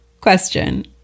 Question